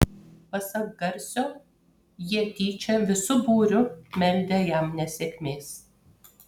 pasak garsio jie tyčia visu būriu meldę jam nesėkmės